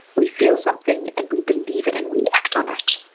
we feel something and we believe it and we act on it.